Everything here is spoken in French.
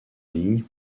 ligne